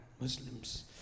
Muslims